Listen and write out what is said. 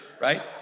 right